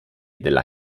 della